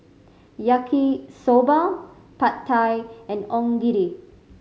Yaki Soba Pad Thai and Onigiri